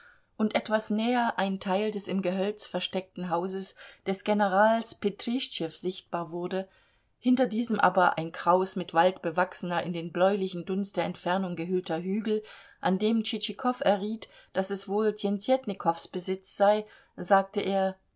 und etwas näher ein teil des im gehölz versteckten hauses des generals betrischtschew sichtbar wurde hinter diesem aber ein kraus mit wald bewachsener in den bläulichen dunst der entfernung gehüllter hügel an dem tschitschikow erriet daß es wohl tjentjetnikows besitz sei sagte er